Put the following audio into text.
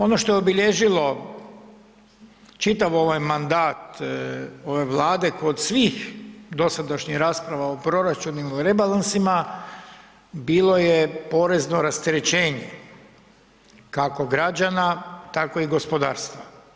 Ono što je obilježilo čitav ovaj mandat ove Vlade kod svih dosadašnjih rasprava o proračunima i rebalansima bilo je porezno rasterećenje, kako građana, tako i gospodarstva.